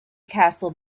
castle